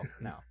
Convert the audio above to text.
no